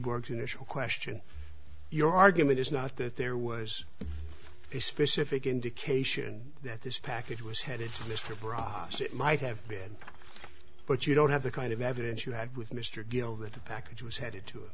soonish question your argument is not that there was a specific indication that this package was headed for mr bras it might have been but you don't have the kind of evidence you had with mr gill that the package was headed to